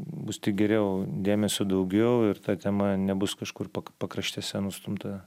bus tik geriau dėmesio daugiau ir ta tema nebus kažkur paraštėse nustumta